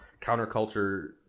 counterculture